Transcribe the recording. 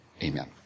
Amen